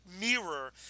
mirror